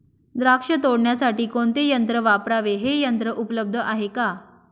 द्राक्ष तोडण्यासाठी कोणते यंत्र वापरावे? हे यंत्र उपलब्ध आहे का?